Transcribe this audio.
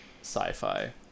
sci-fi